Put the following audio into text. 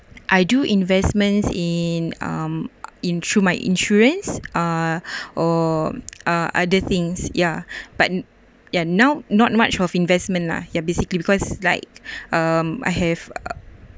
I do investments in um in through my insurance uh or uh other things ya but ya now not much of investment lah ya basically because like um I have a